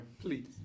Please